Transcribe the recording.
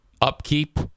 Upkeep